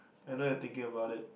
I know you thinking about it